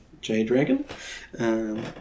J-Dragon